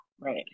right